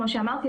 כמו שאמרתי,